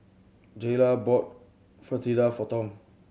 Jaylah bought Fritada for Tom